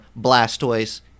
Blastoise